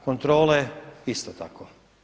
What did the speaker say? Kontrole isto tako.